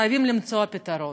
חייבים למצוא פתרון.